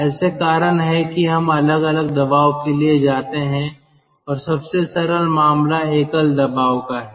ऐसे कारण हैं कि हम अलग अलग दबाव के लिए जाते हैं सबसे सरल मामला एकल दबाव का है